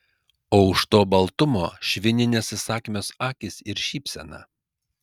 o už to baltumo švininės įsakmios akys ir šypsena